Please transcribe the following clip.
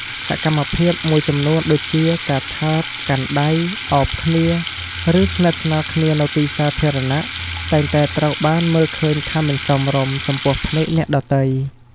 សកម្មភាពមួយចំនួនដូចជា ការថើប កាន់ដៃ អោបគ្នា ឬស្និទ្ធស្នាលគ្នានៅទីសាធារណៈ តែងតែត្រូវបានមើលឃើញថាមិនសមរម្យ ចំពោះភ្នែកអ្នកដទៃ។